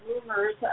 rumors